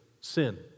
sin